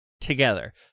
together